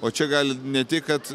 o čia gali ne tik kad